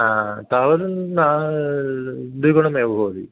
हा तावद् एव भवति